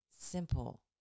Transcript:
simple